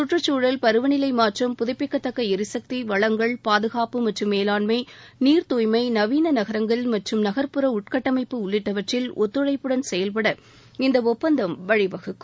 கற்றுச்சூழல் பருவநிலை மாற்றம் புதுப்பிக்கத்தக்க எரிசக்தி வளங்கள் பாதுகாப்பு மற்றும் மேலாண்ஸம நீர் தூய்மை நவீன நகரங்கள் நகர்ப்புற உட்கட்டமைப்பு உள்ளிட்டவற்றில் ஒத்துழைப்புடன் செயல்பட இந்த ஒப்பந்தம் வழிவகுக்கும்